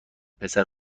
پسر